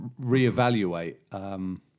reevaluate